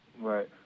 Right